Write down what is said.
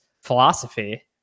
philosophy